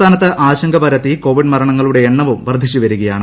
സംസ്ഥാനത്ത് ആശങ്ക പരത്തി കോവിഡ് മരണങ്ങളുടെ എണ്ണവും വർദ്ധിച്ചു വരികയാണ്